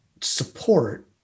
support